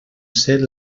ser